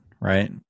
right